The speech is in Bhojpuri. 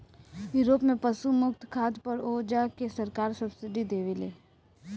यूरोप में पशु मुक्त खाद पर ओजा के सरकार सब्सिडी देवेले